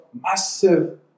massive